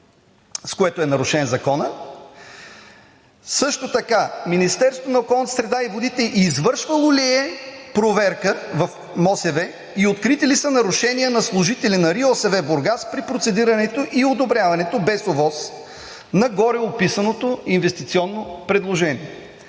с което е нарушен законът? Също така Министерството на околната среда и водите извършвало ли е проверка в МОСВ и открити ли са нарушения на служители на РИОСВ – Бургас при процедирането и одобряването без ОВОС на гореописаното инвестиционно предложение?